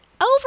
over